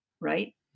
Right